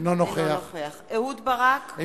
אינו נוכח אהוד ברק,